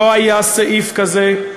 לא היה סעיף כזה,